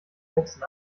sätzen